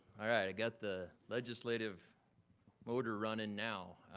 i got the legislative motor running now.